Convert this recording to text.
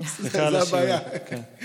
זו הבעיה.